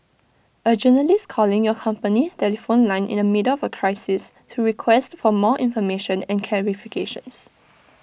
A journalist calling your company telephone line in the middle for crisis to request for more information and clarifications